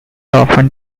often